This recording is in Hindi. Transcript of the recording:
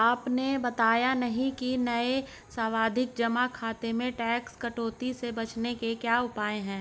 आपने बताया नहीं कि नये सावधि जमा खाते में टैक्स कटौती से बचने के क्या उपाय है?